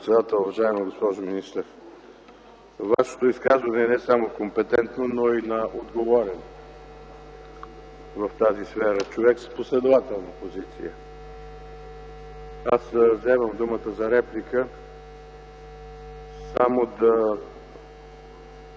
Вашето изказване е не само компетентно, но и на отговорен в тази сфера човек с последователна позиция. Аз вземам думата за реплика само да